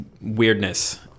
weirdness